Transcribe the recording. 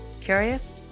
Curious